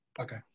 Okay